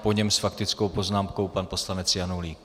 Po něm s faktickou poznámkou pan poslanec Janulík.